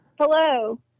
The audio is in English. Hello